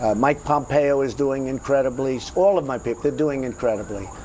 ah mike pompeo is doing incredibly so all of my people, they're doing incredibly.